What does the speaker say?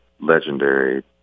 legendary